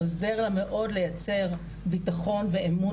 עוזר לה מאוד לייצר ביטחון ואמון